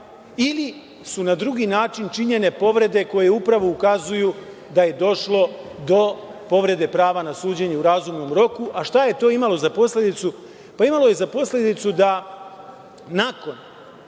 ili su na drugi način činjene povrede koje upravo ukazuju da je došlo do povrede prava na suđenje u razumnom roku, a šta je to imalo za posledicu? Pa, imalo je za posledicu da nakon